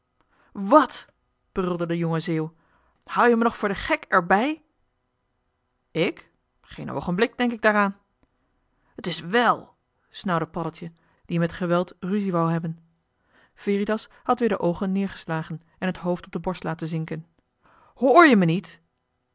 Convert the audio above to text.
wat brulde de jonge zeeuw houd je me nog voor den gek er bij ik geen oogenblik denk ik daaraan t is wèl snauwde paddeltje die met geweld ruzie wou hebben veritas had weer de oogen neergeslagen en t hoofd op de borst laten zinken hr je me niet